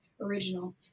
original